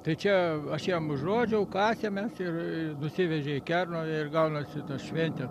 tai čia aš jam užrodžiau kasėm mes ir nusivežė į kernavę ir gaunasi ta šventė